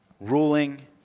ruling